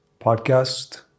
Podcast